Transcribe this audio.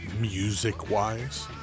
music-wise